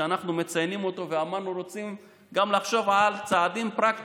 שאנחנו מציינים אותו ואמרנו שאנחנו רוצים לחשוב גם על צעדים פרקטיים,